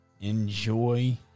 Enjoy